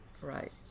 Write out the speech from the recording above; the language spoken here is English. right